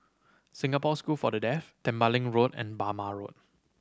Singapore School for The Deaf Tembeling Road and Bhamo Road